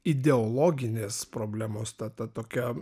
ideologinės problemos ta ta tokia